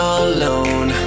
alone